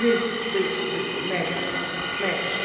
बिल्कुलु बिल्कुलु बिल्कुलु महिरबानी महिरबानी